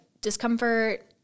discomfort